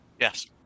yes